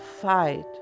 fight